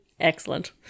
Excellent